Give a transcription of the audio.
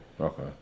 Okay